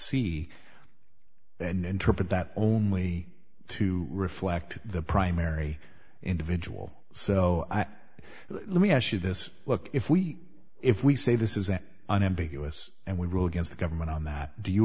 see and interpret that only to reflect the primary individual so i let me ask you this look if we if we say this isn't unambiguous and we rule against the government on that do you